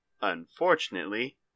Unfortunately